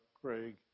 Craig